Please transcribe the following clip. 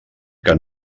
que